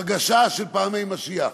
הרגשה של פעמי משיח.